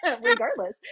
regardless